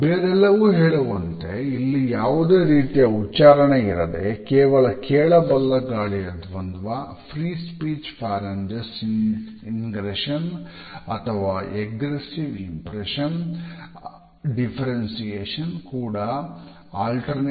ಬೇರೆಲ್ಲವೂ ಹೇಳುವಂತೆ ಅಲ್ಲಿ ಯಾವುದೇ ರೀತಿಯ ಉಚ್ಚಾರಣೆ ಇರದೇ ಕೇವಲ ಕೇಳಬಲ್ಲ ಗಾಳಿಯ ದ್ವಂದ್ವ ಪ್ರಿ ಸ್ಪೀಚ್ ಫಾರಿನ್ಗೆಳ್ಳಿ ಇನ್ಗ್ರೇಶನ್ ಅಥವಾ ಎಗ್ರೆಸ್ಸಿವ್ನ್ ಇಂಪೇಷನ್ಸ್